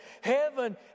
heaven